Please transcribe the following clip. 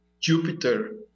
Jupiter